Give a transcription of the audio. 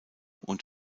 und